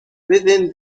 within